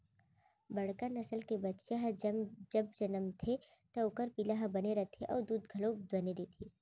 बड़का नसल के बछिया ह जब जनमथे त ओकर पिला हर बने रथे अउ दूद घलौ बने देथे